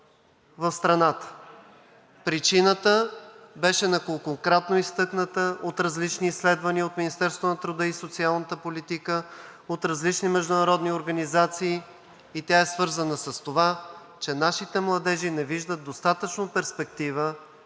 в страната. Причината беше неколкократно изтъкната от различни изследвания от Министерството на труда и социалната политика, от различни международни организации и тя е свързана с това, че нашите младежи не виждат достатъчно перспектива